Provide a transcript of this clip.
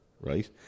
Right